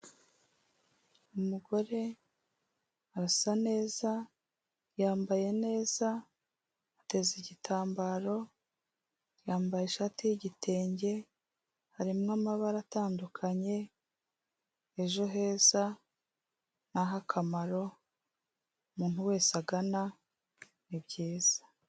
Umugore arasa neza, yambaye neza, ateze igitambaro, yambaye ishati y'igitenge, harimo amabara atandukanye, ejo heza ni ah'akamaro umuntu wese agana, ni byiza.